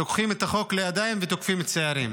לוקחים את החוק לידיים ותוקפים צעירים.